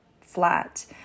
flat